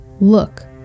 Look